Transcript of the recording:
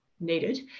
needed